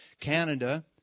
Canada